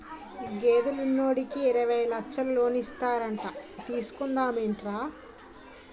గేదెలు ఉన్నోడికి యిరవై లచ్చలు లోనిస్తారట తీసుకుందా మేట్రా